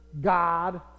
God